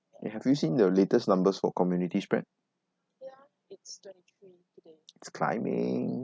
eh have you seen the latest numbers for community spread it's climbing